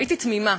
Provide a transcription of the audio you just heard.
הייתי תמימה.